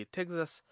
Texas